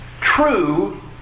true